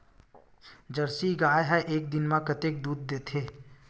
Jersey गाय ह एक दिन म कतेकन दूध देथे?